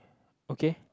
okay